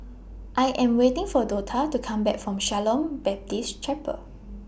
I Am waiting For Dortha to Come Back from Shalom Baptist Chapel